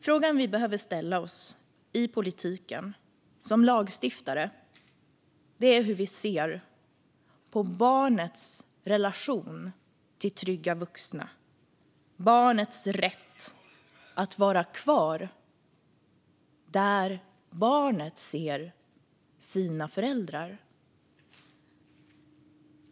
Frågan vi behöver ställa oss i politiken, som lagstiftare, är hur vi ser på barnets relation till trygga vuxna, barnets rätt att vara kvar där barnet ser sina föräldrar.